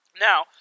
Now